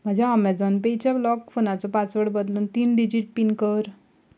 म्हज्या ऑमेझॉन पेच्या लॉक फोनाचो पासवड बदलून तीन डिजीट पीन कर